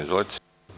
Izvolite.